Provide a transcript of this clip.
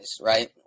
right